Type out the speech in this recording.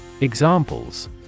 Examples